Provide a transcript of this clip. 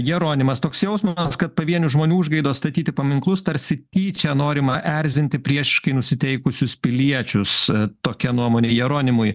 jeronimas toks jausmas kad pavienių žmonių užgaidos statyti paminklus tarsi tyčia norima erzinti priešiškai nusiteikusius piliečius tokia nuomonė jeronimui